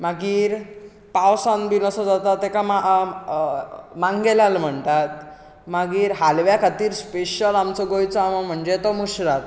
मागीर पावसांत बीन असो जाता तेका मांगेलाल म्हणटात मागीर हालव्या खातीर स्पेशल आमचो गोंयचो आंबो म्हणजे तो मुसराद